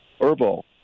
herbal